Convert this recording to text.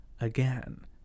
again